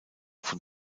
von